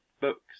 books